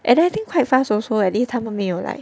and I think quite fast also at least 他们没有 like